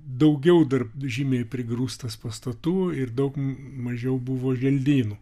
daugiau dar žymiai prigrūstas pastatų ir daug mažiau buvo želdynų